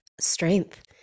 strength